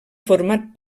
format